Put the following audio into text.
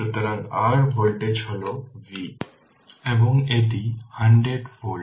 সুতরাং r voltage হল V এবং এটি 100 ভোল্ট